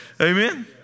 Amen